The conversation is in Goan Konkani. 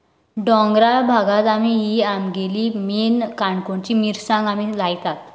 डोंगराळ भागांत ही आमगेली मेन काणकोणची मिरसांग आमी लायतात